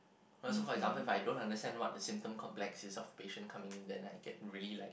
oh so for example if I don't understand what's the symptoms complex this occupation coming in then I get really like